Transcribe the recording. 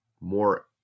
More